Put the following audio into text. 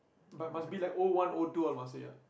but must be like O one O two all must say ah